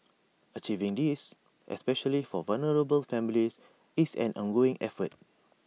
achieving this especially for vulnerable families is an ongoing effort